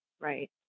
Right